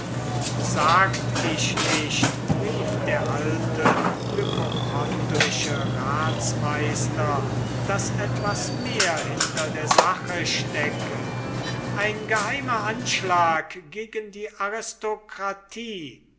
sagt ich nicht rief der alte hypochondrische ratsmeister daß etwas mehr hinter der sache stecke ein geheimer anschlag gegen die aristokratie